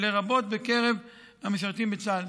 לרבות בקרב המשרתים בצה"ל.